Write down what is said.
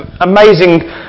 amazing